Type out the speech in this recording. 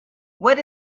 what